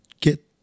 get